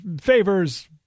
favors